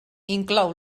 inclou